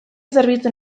zerbitzu